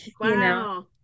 Wow